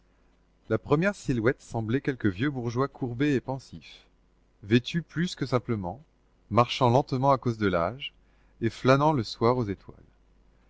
la première silhouette semblait quelque vieux bourgeois courbé et pensif vêtu plus que simplement marchant lentement à cause de l'âge et flânant le soir aux étoiles